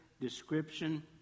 description